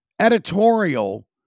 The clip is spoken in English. editorial